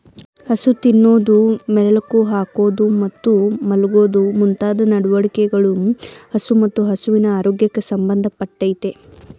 ಹಸು ತಿನ್ನೋದು ಮೆಲುಕು ಹಾಕೋದು ಮತ್ತು ಮಲ್ಗೋದು ಮುಂತಾದ ನಡವಳಿಕೆಗಳು ಹಸು ಮತ್ತು ಹಸುವಿನ ಆರೋಗ್ಯಕ್ಕೆ ಸಂಬಂಧ ಪಟ್ಟಯ್ತೆ